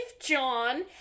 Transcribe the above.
John